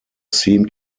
seem